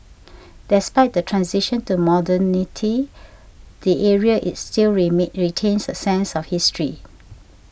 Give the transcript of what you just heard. despite the transition to modernity the area is still remain retains a sense of history